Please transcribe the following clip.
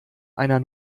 einer